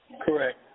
Correct